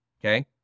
Okay